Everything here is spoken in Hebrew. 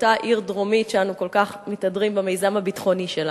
באותה עיר דרומית שאנו כל כך מתהדרים במיזם הביטחוני שלה.